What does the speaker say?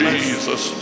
Jesus